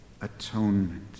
atonement